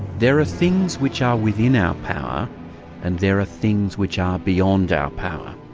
there are things which are within our power and there are things which are beyond our power.